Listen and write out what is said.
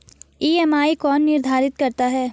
EMI कौन निर्धारित करता है?